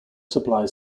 supply